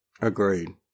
Agreed